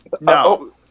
No